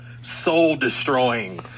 soul-destroying